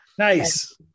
Nice